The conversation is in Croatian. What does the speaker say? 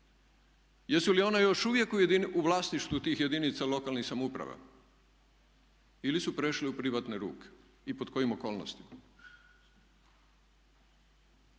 Jesu li one još uvijek u vlasništvu tih jedinica lokalnih samouprava ili su prešle u privatne ruke? I pod kojim okolnostima?